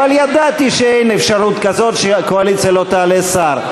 אבל ידעתי שאין אפשרות כזאת שהקואליציה לא תעלה שר.